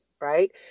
right